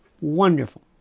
wonderful